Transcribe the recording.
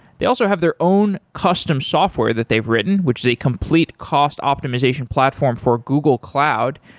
they also have their own custom software that they've written, which is a complete cost optimization platform for google cloud,